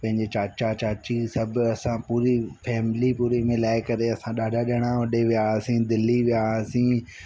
पंहिंजे चाचा चाची सभु असां पूरी फैमली पूरी मिलाए करे असां ॾाढा ॼणा होॾे विया हुआसीं दिल्ली विया हुआसीं